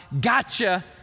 gotcha